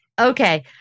Okay